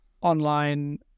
online